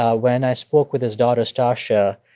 ah when i spoke with his daughter, stacya,